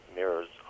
mirrors